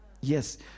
Yes